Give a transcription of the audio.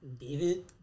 david